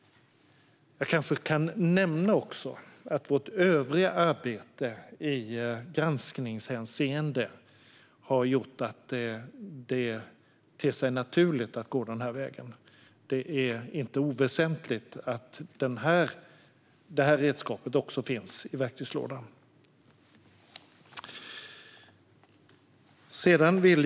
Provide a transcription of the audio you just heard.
Jag vill gärna också nämna att vårt övriga arbete i granskningshänseende har gjort att det ter sig naturligt att gå den här vägen. Det är inte oväsentligt att även detta redskap finns i verktygslådan. Fru talman!